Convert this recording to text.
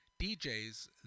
DJs